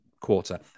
quarter